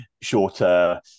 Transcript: shorter